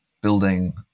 building